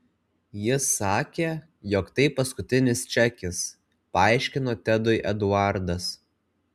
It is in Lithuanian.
ji sakė jog tai paskutinis čekis paaiškino tedui eduardas